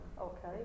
okay